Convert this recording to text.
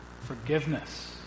forgiveness